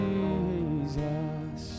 Jesus